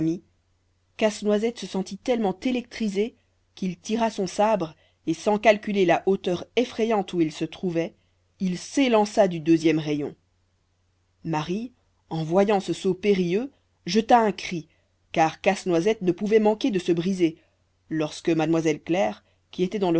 casse-noisette se sentit tellement électrisé qu'il tira son sabre et sans calculer la hauteur effrayante où il se trouvait il s'élança du deuxième rayon marie en voyant ce saut périlleux jeta un cri car casse-noisette ne pouvait manquer de se briser lorsque mademoiselle claire qui était dans